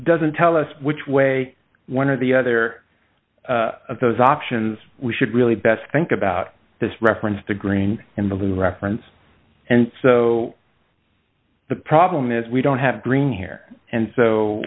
doesn't tell us which way one of the other of those options we should really best think about this reference to green in the loo reference and so the problem is we don't have green here and so